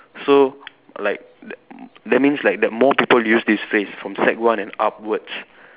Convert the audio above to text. so like that that means like the more people use this phrase from sec one and upwards